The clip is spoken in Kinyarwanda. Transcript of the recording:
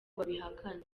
babihakana